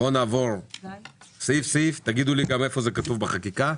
בואו נעבור סעיף-סעיף ותגידו לי גם איפה זה כתוב בחקיקה.